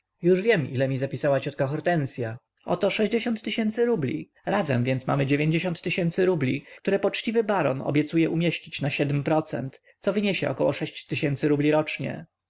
już wiem ile mi zapisała ciotka hortensya oto sześćdziesiąt tysięcy rubli razem więc mamy tysięcy rubli które poczciwy baron obiecuje umieścić na siedm procent co wyniesie około sześć tysięcy rubli rocznie